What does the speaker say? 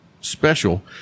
Special